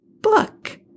book